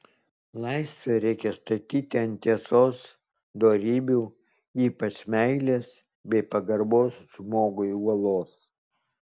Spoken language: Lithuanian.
laisvę reikia statyti ant tiesos dorybių ypač meilės bei pagarbos žmogui uolos